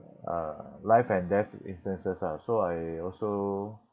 uh life and death instances ah so I also